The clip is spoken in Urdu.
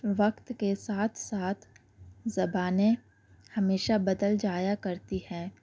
وقت کے ساتھ ساتھ زبانیں ہمیشہ بدل جایا کرتی ہیں